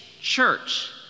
church